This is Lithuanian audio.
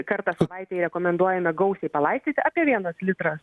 kartą savaitėje rekomenduojame gausiai palaistyti apie vienas litras